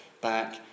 back